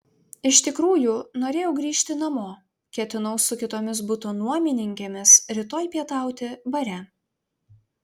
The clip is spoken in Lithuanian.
iš tikrųjų norėjau grįžti namo ketinau su kitomis buto nuomininkėmis rytoj pietauti bare